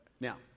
Now